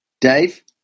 Dave